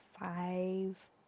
five